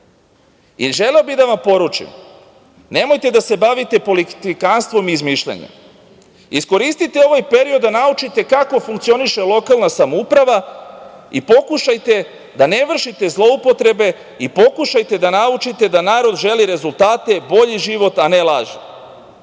i želeo bih da vam poručim, nemojte da se bavite politikanstvom i izmišljanjem, iskoristite ovaj period da naučite kako funkcioniše lokalna samouprava i pokušajte da ne vršite zloupotrebe i pokušajte da naučite da narod želi rezultate, bolji život, a ne laži. Narod